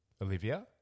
Olivia